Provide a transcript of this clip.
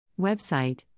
Website